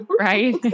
Right